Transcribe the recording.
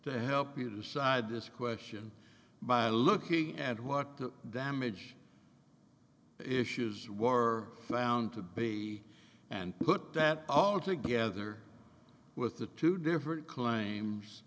to help you decide this question by looking at what the damage issues war found to be and put that all together with the two different claims